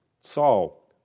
Saul